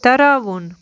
تراوُن